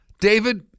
David